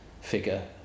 figure